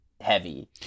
heavy